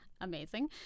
Amazing